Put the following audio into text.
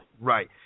Right